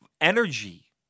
Energy